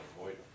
avoid